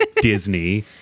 Disney